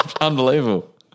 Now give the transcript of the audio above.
Unbelievable